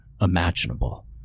imaginable